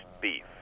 beef